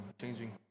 changing